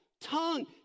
tongue